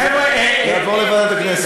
חבר'ה, זה יעבור לוועדת הכנסת.